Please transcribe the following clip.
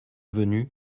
venu